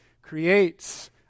creates